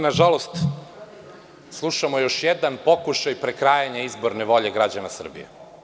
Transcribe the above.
Nažalost, slušamo još jedan pokušaj prekrajanja izborne volje građana Srbije.